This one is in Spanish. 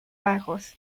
bajos